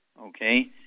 okay